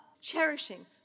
cherishing